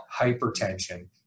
hypertension